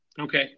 Okay